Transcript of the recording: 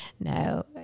No